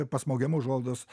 pasmaugiama užuolaidos